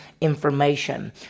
information